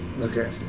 Okay